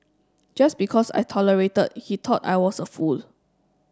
just because I tolerated he thought I was a fool